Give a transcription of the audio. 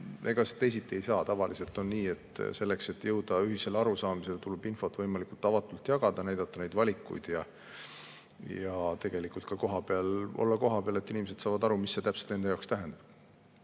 Ega teisiti ei saa. Tavaliselt on nii, et selleks, et jõuda ühisele arusaamisele, tuleb infot võimalikult avatult jagada, näidata neid valikuid ja olla ka kohapeal, et inimesed saaksid aru, mis see täpselt nende jaoks tähendab.